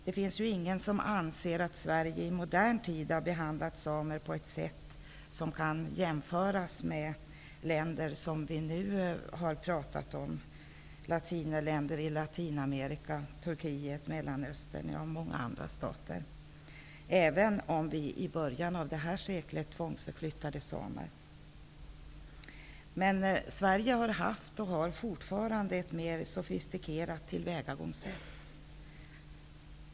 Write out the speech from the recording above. Det finns ingen som anser att Sverige i modern tid har behandlat samer på ett sätt som kan jämföras med förhållandena i länder som vi nu har pratat om -- stater i Latinamerika, Turkiet, länder i Mellanöstern och många andra -- även om vi i början av det här seklet tvångsförflyttade samer. Sverige har haft och har fortfarande ett mer sofistikerat tillvägagångssätt.